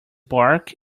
bark